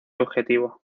objetivo